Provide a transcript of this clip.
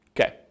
Okay